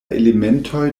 elementoj